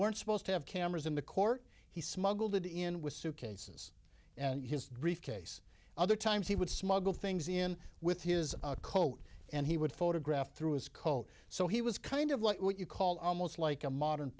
weren't supposed to have cameras in the court he smuggled it in with suitcases and his briefcase other times he would smuggle things in with his coat and he would photograph through his coat so he was kind of like what you call almost like a modern